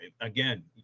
again